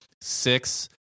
six